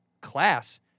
class